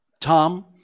Tom